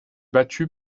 battue